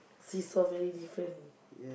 seesaw very different